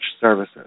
services